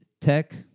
Tech